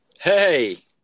Hey